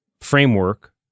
framework